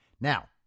Now